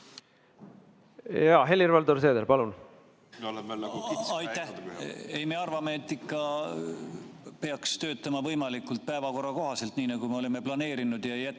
palun! Helir-Valdor Seeder, palun! Aitäh! Ei, me arvame, et ikka peaks töötama võimalikult päevakorrakohaselt, nii nagu me oleme planeerinud, ja jätkama